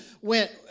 went